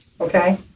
okay